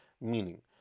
meaning